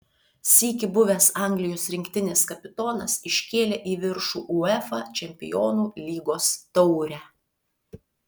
sykį buvęs anglijos rinktinės kapitonas iškėlė į viršų uefa čempionų lygos taurę